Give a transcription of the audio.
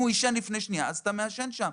אם הוא עישן לפני שנייה אז אתה מעשן שם.